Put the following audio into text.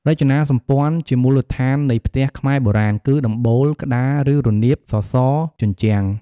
រចនាសម្ព័ន្ធជាមូលដ្ឋាននៃផ្ទះខ្មែរបុរាណ គឺដំបូល, ក្តារឬរនាប, សសរ, ជញ្ជាំង។